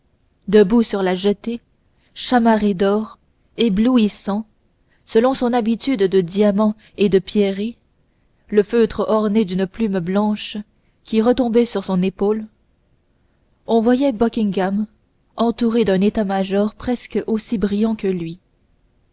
debout sur la jetée chamarré d'or éblouissant selon son habitude de diamants et de pierreries le feutre orné d'une plume blanche qui retombait sur son épaule on voyait buckingham entouré d'un état-major presque aussi brillant que lui